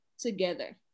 together